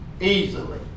easily